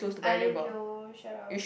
I know shut up